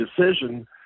decision